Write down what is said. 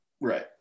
Right